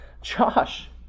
Josh